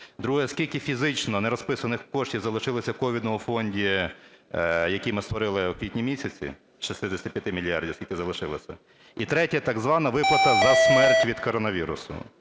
Друге: скільки фізично не розписаних коштів залишилось в ковідному фонді, який ми створили у квітні місяці, з 65 мільярдів скільки залишилось? І третє: так звана виплата за смерть від коронавірусу.